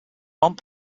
dumont